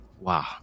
Wow